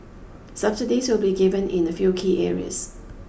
subsidies will be given in a few key areas